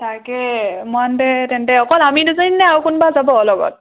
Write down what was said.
তাকে মৰাণতে তেন্তে অকল আমি দুজনীনে আৰু কোনোবা যাব লগত